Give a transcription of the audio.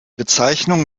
bezeichnung